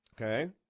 Okay